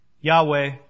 Yahweh